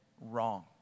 wrong